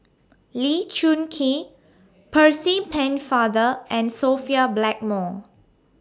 Lee Choon Kee Percy Pennefather and Sophia Blackmore